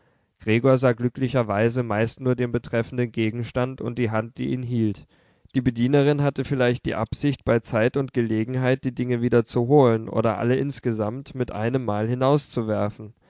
gregor sah glücklicherweise meist nur den betreffenden gegenstand und die hand die ihn hielt die bedienerin hatte vielleicht die absicht bei zeit und gelegenheit die dinge wieder zu holen oder alle insgesamt mit einemmal